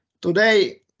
Today